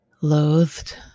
loathed